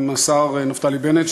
עם השר נפתלי בנט,